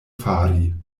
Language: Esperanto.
fari